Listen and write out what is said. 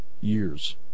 years